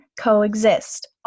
coexist